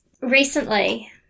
recently